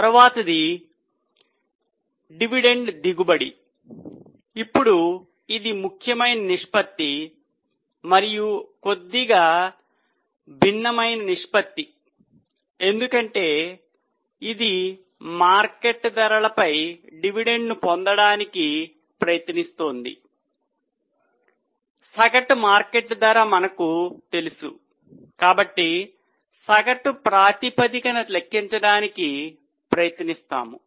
తరువాతిది డివిడెండ్ దిగుబడి ఇప్పుడు ఇది ముఖ్యమైన నిష్పత్తి మరియు కొద్దిగా భిన్నమైన నిష్పత్తి ఎందుకంటే ఇది మార్కెట్ ధరల పై డివిడెండ్ను పొందడానికి ప్రయత్నిస్తోంది సగటు మార్కెట్ ధర మనకు తెలుసు కాబట్టి సగటు ప్రాతిపదికన లెక్కించడానికి ప్రయత్నిస్తాము